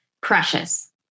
precious